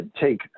take